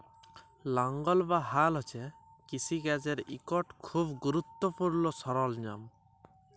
লাঙ্গল বা হাল হছে কিষিকাজের ইকট খুব গুরুত্তপুর্ল সরল্জাম